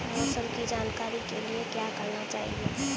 मौसम की जानकारी के लिए क्या करना चाहिए?